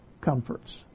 comforts